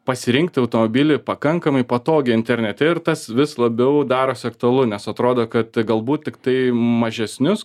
pasirinkti automobilį pakankamai patogiai internete ir tas vis labiau darosi aktualu nes atrodo kad galbūt tiktai mažesnius